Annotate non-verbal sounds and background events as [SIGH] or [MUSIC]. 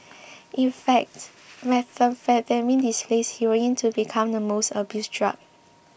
[NOISE] in fact [NOISE] methamphetamine displaced heroin to become the most abused drug